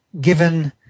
given